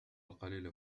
القليل